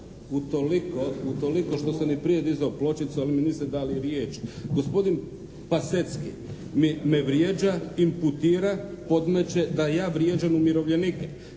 utoliko što sam i prije dizao pločicu ali mi niste dali riječ. Gospodin Pasecky me vrijeđa, imputira, podmeće da ja vrijeđam umirovljenike.